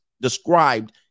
described